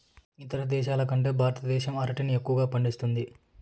ఇతర దేశాల కంటే భారతదేశం అరటిని ఎక్కువగా పండిస్తుంది